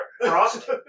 frost